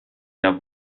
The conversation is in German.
der